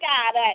God